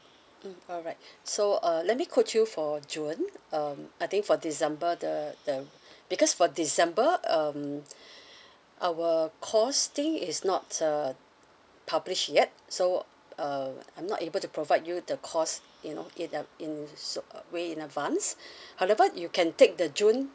mm alright so uh let me quote you for june um I think for december the the because for december um our costing is not uh published yet so uh I'm not able to provide you the cost you know in uh in so uh way in advanced however you can take the june